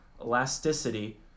elasticity